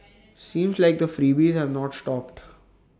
seems like the freebies have not stopped